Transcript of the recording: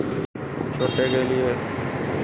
मोटे पेड़ काटने के लिए बड़े आरी की आवश्यकता है